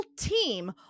team